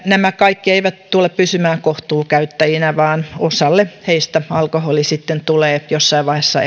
nämä kaikki nuoret eivät tule pysymään kohtuukäyttäjinä vaan osalle heistä alkoholi sitten tulee jossain vaiheessa